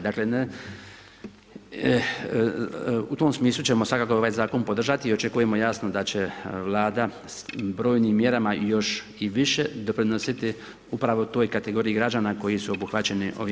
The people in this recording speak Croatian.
Dakle u tom smislu ćemo svakako ovaj zakon podržati i očekujemo jasno da će Vlada brojnim mjerama i još i više doprinositi upravo toj kategoriji građani koji su obuhvaćeni ovim zakonom.